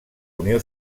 unió